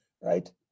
right